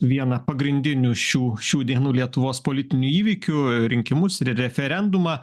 vieną pagrindinių šių šių dienų lietuvos politinių įvykių rinkimus ir referendumą